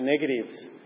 negatives